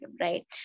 right